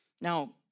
Now